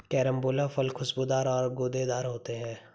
carambola फल खुशबूदार और गूदेदार होते है